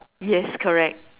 yes correct